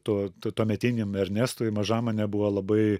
to to tuometiniam ernestui mažam ane buvo labai